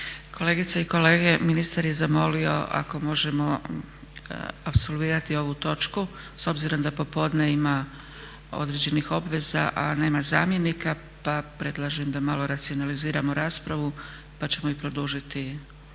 Kolegice i kolege ministar je zamolio ako možemo apsolvirati ovu točku s obzirom da popodne ima određenih obveza, a nema zamjenika pa predlažem da malo racionaliziramo raspravu pa ćemo i produžiti